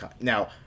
Now